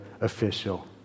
official